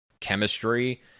chemistry